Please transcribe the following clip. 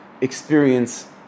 experience